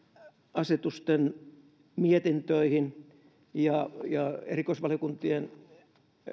asetusten mietintöihin ja erikoisvaliokuntien